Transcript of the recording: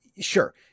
Sure